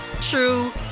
true